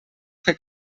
fer